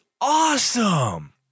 awesome